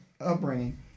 upbringing